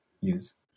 use